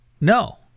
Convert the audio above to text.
No